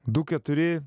du keturi